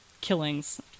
killings